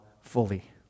fully